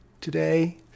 today